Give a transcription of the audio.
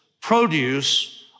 produce